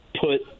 put